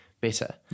better